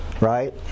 right